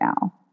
now